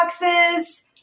boxes